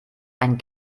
ein